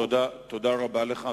תודה רבה לך.